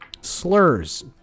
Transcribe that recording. slurs